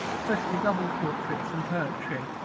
especially double portraits, and poetry.